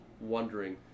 wondering